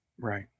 Right